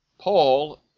Paul